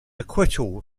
acquittal